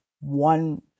one